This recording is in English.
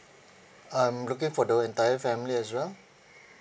I'm looking for the whole entire family as well